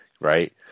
right